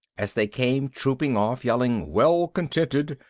as they came trooping off, yelling well contented,